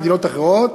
מדינות אחרות,